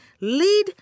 lead